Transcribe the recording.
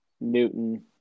Newton